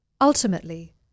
Ultimately